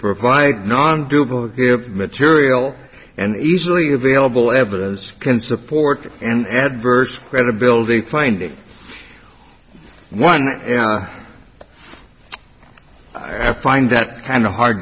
provide not undoable material and easily available evidence can support an adverse credibility finding one i find that kind of hard